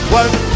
one